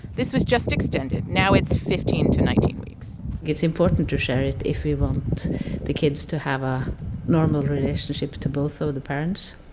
this was just extended now it's fifteen to nineteen weeks it's important to share it if we want the kids to have a normal relationship to both of the parents.